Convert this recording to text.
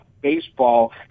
baseball